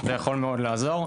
זה יכול מאוד לעזור.